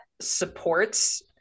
supports